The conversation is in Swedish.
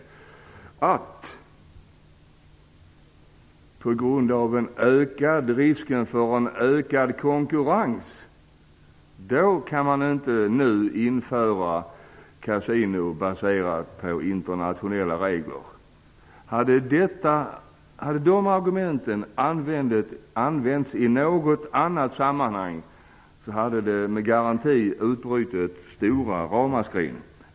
Den säger att på grund av risken för en ökad konkurrens kan man inte nu införa kasino enligt internationella regler! Hade de argumenten använts i något annat sammanhang hade det garanterat utbrutit stora ramaskrin.